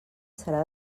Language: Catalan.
serà